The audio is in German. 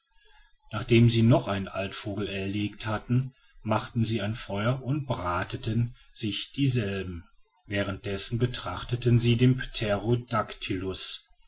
nachdem sie noch einen altvogel erlegt hatten machten sie ein feuer und brateten sich dieselben währenddessen betrachteten sie den